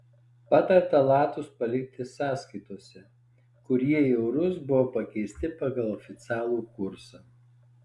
patarta latus palikti sąskaitose kur jie į eurus buvo pakeisti pagal oficialų kursą